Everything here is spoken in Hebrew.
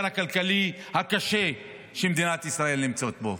הכלכלי הקשה שמדינת ישראל נמצאת בו.